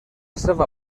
seva